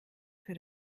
für